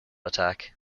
attack